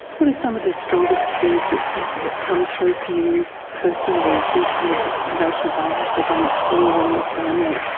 what are some of the strongest things that have come through for you personally in terms of racial bias against you or your family?